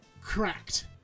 cracked